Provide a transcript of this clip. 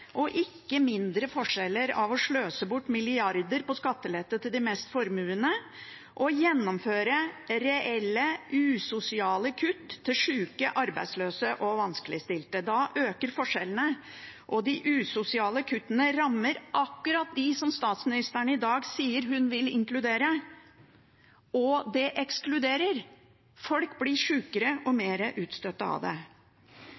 og ikke mindre, forskjeller ved å sløse bort milliarder på skattelette til de mest formuende og ved å gjennomføre reelle, usosiale kutt til sjuke, arbeidsløse og vanskeligstilte. Da øker forskjellene, og de usosiale kuttene rammer akkurat dem som statsministeren i dag sier hun vil inkludere. Det ekskluderer: Folk blir sjukere og mer utstøtt av det.